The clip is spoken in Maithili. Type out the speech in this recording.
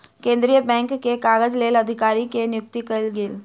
केंद्रीय बैंक के काजक लेल अधिकारी के नियुक्ति कयल गेल